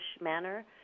manner